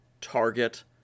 target